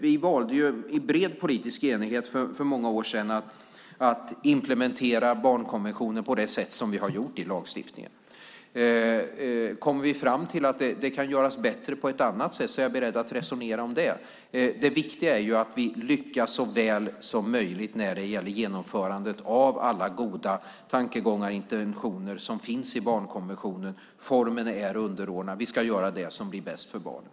Vi valde i bred politisk enighet för många år sedan att implementera barnkonventionen på det sätt som har skett i lagstiftningen. Om vi kommer fram till att det kan göras bättre på ett annat sätt är jag beredd att resonera om det. Det viktiga är att vi lyckas så väl som möjligt när det gäller genomförandet av alla goda tankegångar och intentioner som finns i barnkonventionen. Formen är underordnad. Vi ska göra det som blir bäst för barnen.